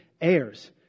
heirs